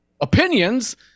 opinions